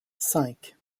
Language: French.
cinq